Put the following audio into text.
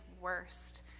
worst